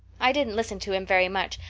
i didn't listen to him very much.